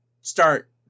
start